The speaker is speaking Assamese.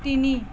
তিনি